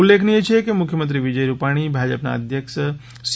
ઉલ્લેખનીય છે કે મુખ્યમંત્રી વિજય રૂપાણી ભાજપના અધ્યક્ષ સી